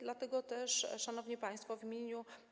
Dlatego też, szanowni państwo, w imieniu